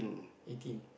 eighteen